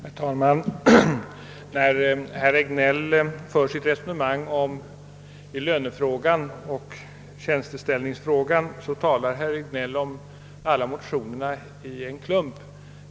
Herr talman! När herr Regnéll för sitt resonemang i lönefrågan och tjänsteställningsfrågan tar han alla motionerna i klump.